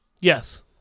Yes